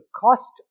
cost